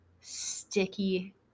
sticky